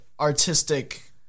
artistic